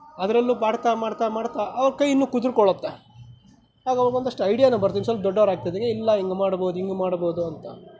ಅದರಲ್ಲೂ ಮಾಡ್ತಾ ಮಾಡ್ತಾ ಮಾಡ್ತಾ ಅವರು ಕೈ ಇನ್ನೂ ಕುದುರಿಕೊಳ್ಳುತ್ತೆ ಆಗ ಅವ್ರಿಗೆ ಒಂದಷ್ಟು ಐಡಿಯಾ ಬರುತ್ತೆ ಸ್ವಲ್ಪ ದೊಡ್ಡವರು ಆಗ್ತೇಯಿಲ್ಲ ಹಿಂಗೆ ಮಾಡಹುದು ಹಿಂಗೆ ಮಾಡಬಹುದು ಅಂತ